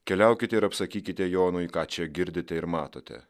keliaukite ir apsakykite jonui ką čia girdite ir matote